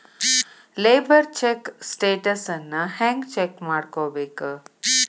Labour check ಸ್ಟೆಟಸನ್ನ ಹೆಂಗ್ check ಮಾಡ್ಕೊಬೇಕ್?